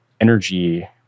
energy